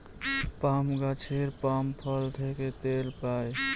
পাম গাছের পাম ফল থেকে তেল পাই